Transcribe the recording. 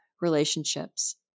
relationships